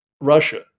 Russia